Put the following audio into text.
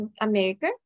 america